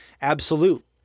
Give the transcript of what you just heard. absolute